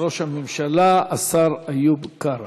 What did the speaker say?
ראש הממשלה השר איוב קרא.